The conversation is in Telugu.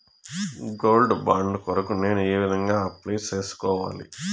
గోల్డ్ బాండు కొరకు నేను ఏ విధంగా అప్లై సేసుకోవాలి?